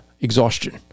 exhaustion